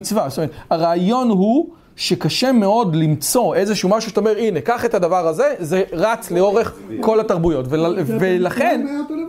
הרעיון הוא שקשה מאוד למצוא איזשהו משהו שאתה אומר הנה, קח את הדבר הזה, זה רץ לאורך כל התרבויות ולכן